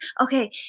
Okay